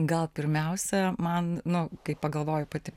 gal pirmiausia man nu kai pagalvoju pati